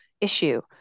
issue